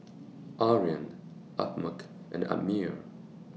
Aryan Ahad and Ammir